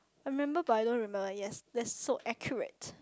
I remember but I don't remember yes that's so accurate